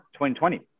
2020